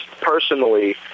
personally